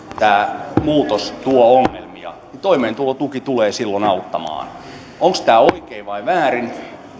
tämä muutos tuo ongelmia toimeentulotuki tulee silloin auttamaan onko tämä oikein vai väärin